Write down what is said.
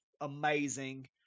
amazing